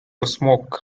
smoke